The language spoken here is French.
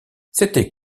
c’était